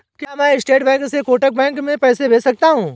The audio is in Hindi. क्या मैं स्टेट बैंक से कोटक बैंक में पैसे भेज सकता हूँ?